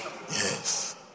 Yes